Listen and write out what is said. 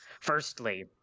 Firstly